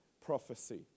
prophecy